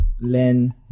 learn